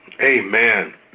Amen